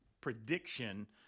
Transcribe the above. prediction